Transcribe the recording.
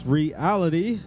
reality